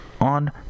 on